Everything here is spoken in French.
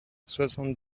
soixante